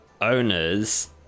owners